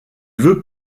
veut